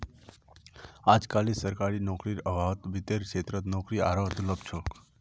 अजकालित सरकारी नौकरीर अभाउत वित्तेर क्षेत्रत नौकरी आरोह दुर्लभ छोक